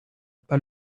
pas